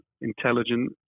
intelligent